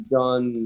done